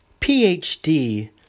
PhD